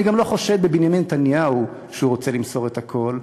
אני גם לא חושד בבנימין נתניהו שהוא רוצה למסור את הכול,